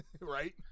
Right